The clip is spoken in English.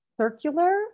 circular